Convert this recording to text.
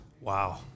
Wow